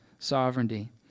Sovereignty